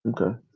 Okay